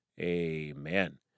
Amen